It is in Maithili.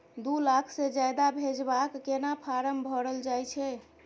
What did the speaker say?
दू लाख से ज्यादा भेजबाक केना फारम भरल जाए छै?